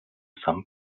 some